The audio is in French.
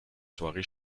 soirée